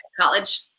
college